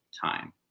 time